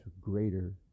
greater